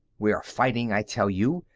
we are fighting, i tell you,